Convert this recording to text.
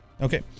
Okay